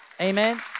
Amen